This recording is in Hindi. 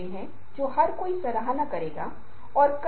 जब मैं ऑनलाइन सर्वेक्षण कर रहा हूं तो शायद मैं स्लाइड का परीक्षण करूंगा